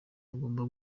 bagomba